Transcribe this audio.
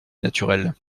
naturelle